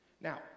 Now